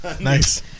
Nice